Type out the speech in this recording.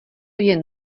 jen